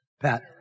Pat